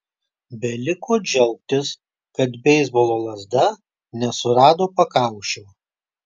beliko džiaugtis kad beisbolo lazda nesurado pakaušio